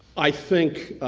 i think,